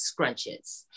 Scrunches